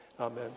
Amen